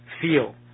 feel